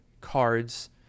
cards